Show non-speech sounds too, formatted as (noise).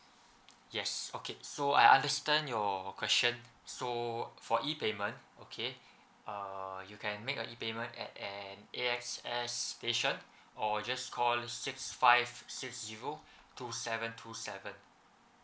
yes okay so I understand your question so for E payment okay (breath) uh you can make a E payment at an A_X_S station (breath) or just call six five six zero (breath) two seven two seven